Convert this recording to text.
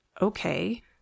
Okay